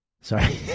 Sorry